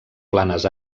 planes